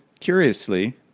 curiously